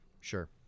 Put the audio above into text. Sure